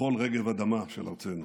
לכל רגב אדמה של ארצנו.